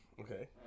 Okay